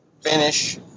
finish